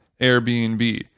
Airbnb